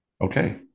Okay